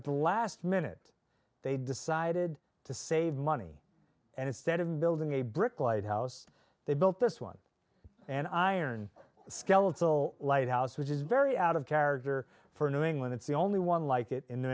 at the last minute they decided to save money and instead of building a brick lighthouse they built this one an iron skeletal lighthouse which is very out of character for new england it's the only one like it in